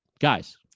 Guys